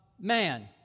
man